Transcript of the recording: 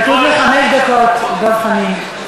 כתוב לי חמש דקות, דב חנין.